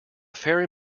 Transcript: fairy